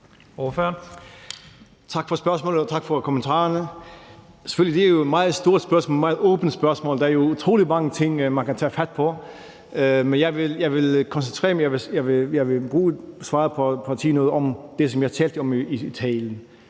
(JF): Tak for spørgsmålet, og tak for kommentarerne. Det er selvfølgelig nogle meget store og meget åbne spørgsmål, og der er jo utrolig mange ting, man kan tage fat på, men jeg vil bruge svartiden til at sige noget om det, som jeg talte om i talen,